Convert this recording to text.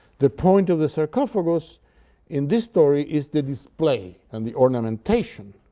the point of the sarcophagus in this story is the display and the ornamentation,